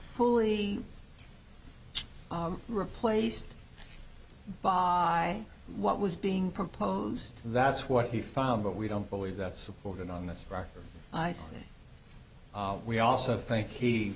fully replaced by what was being proposed that's what he found but we don't believe that supported on this record we also think he